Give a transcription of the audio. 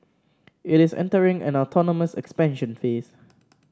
it is entering an autonomous expansion phase